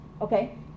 okay